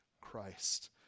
Christ